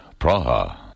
Praha